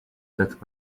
that